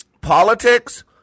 Politics